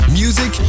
music